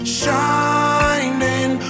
shining